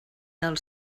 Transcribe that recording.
del